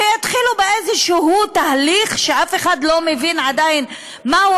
שיתחילו באיזשהו תהליך שאף אחד לא מבין עדיין מהו,